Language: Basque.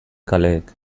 kaleek